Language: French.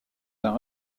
d’un